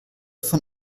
von